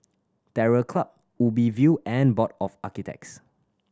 Terror Club Ubi View and Board of Architects